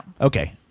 Okay